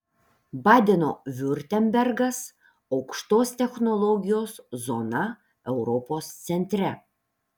badeno viurtembergas aukštos technologijos zona europos centre